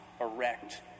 erect